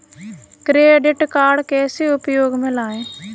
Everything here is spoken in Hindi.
क्रेडिट कार्ड कैसे उपयोग में लाएँ?